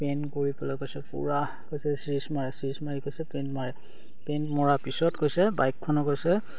paint কৰি পেলায় কৈছে পূৰা কৈছে ছীছ মাৰে ছীছ মাৰি কৈছে পেইণ্ট মাৰে পেইণ্ট মৰাৰ পিছত কৈছে বাইকখন কৈছে